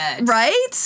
Right